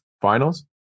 finals